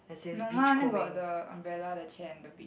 no mine only got the umbrella the chair and the